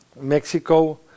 Mexico